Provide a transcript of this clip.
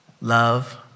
Love